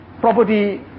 property